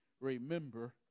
remember